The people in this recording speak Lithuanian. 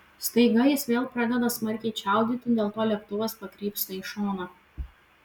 staiga jis vėl pradeda smarkiai čiaudėti dėl to lėktuvas pakrypsta į šoną